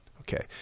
Okay